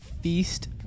feast